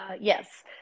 yes